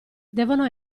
devono